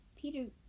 Peter